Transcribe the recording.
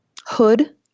Hood